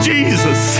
Jesus